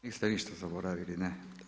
Niste ništa zaboravili, ne?